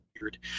weird